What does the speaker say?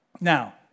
Now